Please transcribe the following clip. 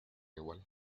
igual